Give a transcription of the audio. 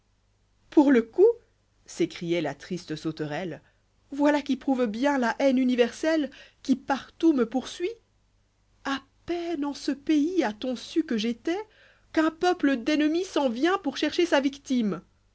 pout le coup s'écrioit la triste sauterelle voilà qui prouve bien la haine universelle qui partout me poursuit à peine en ce pays i t fables a-t-on iu que j'étais qu'un peuple d'ennemi s'en vient pour chercher sa victime